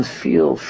feel